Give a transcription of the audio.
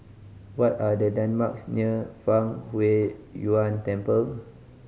what are the landmarks near Fang Huo Yuan Temple